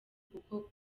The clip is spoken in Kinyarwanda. kuko